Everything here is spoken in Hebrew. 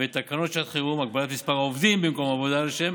ואת תקנות שעת חירום (הגבלת מספר העובדים במקום עבודה לשם